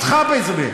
אתך בזה,